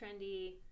trendy